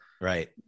right